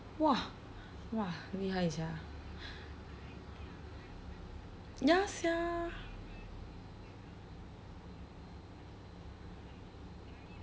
!wah! !wah! 厉害 sia ya sia